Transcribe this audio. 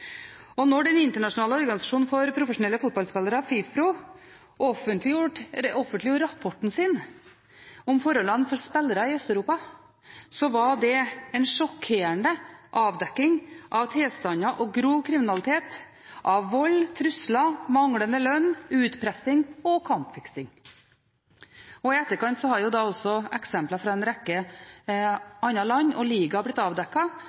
den internasjonale organisasjonen for profesjonelle fotballspillere, FIFPro, offentliggjorde rapporten sin om forholdene for spillere i Øst-Europa, var det en sjokkerende avdekking av tilstander og grov kriminalitet, av vold, trusler, manglende lønn, utpressing og kampfiksing. I etterkant har også eksempler fra en rekke andre land og ligaer blitt